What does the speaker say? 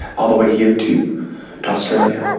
all the way here to to australia.